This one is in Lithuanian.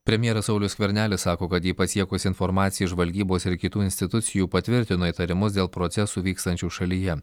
premjeras saulius skvernelis sako kad jį pasiekusi informacija iš žvalgybos ir kitų institucijų patvirtino įtarimus dėl procesų vykstančių šalyje